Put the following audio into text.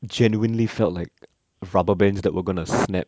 genuinely felt like rubber bands that were going to snap